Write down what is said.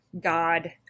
God